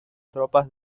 tropas